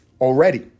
already